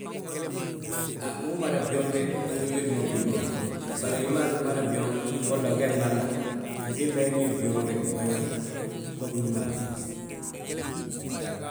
Haa, ndu umada byooŋ, ungi giti mo gwili ma gdúba. Bari himaa tti mada byooŋ, golla ge nɓalna. Antiimbi he gí hii bgooŋ reg ugan yooŋ, umbagi númale.